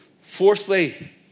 Fourthly